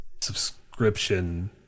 subscription